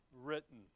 written